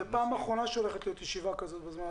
זו פעם אחרונה שהולכת להיות ישיבה כזו בזמן כזה.